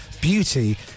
beauty